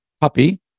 puppy